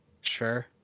Sure